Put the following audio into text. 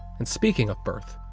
and speaking of birth,